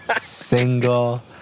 single